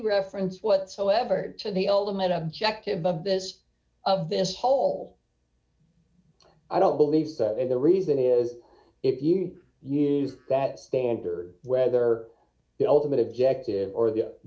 reference whatsoever to the ultimate objective of this of this whole i don't believe the reason is if you use that standard d whether the ultimate objective or the